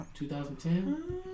2010